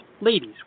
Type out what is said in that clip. Ladies